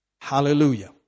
Hallelujah